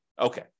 Okay